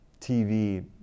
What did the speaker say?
TV